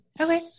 Okay